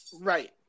Right